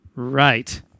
right